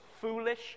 foolish